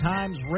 Times